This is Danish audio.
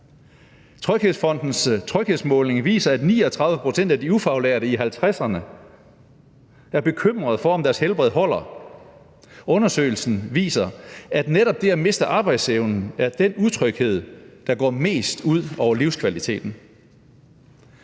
TrygFondens tryghedsmåling viser, at 39 pct. af de ufaglærte i 50'erne er bekymrede for, om deres helbred holder. Undersøgelsen viser, at netop det at miste arbejdsevnen er den utryghed, der går mest ud over livskvaliteten.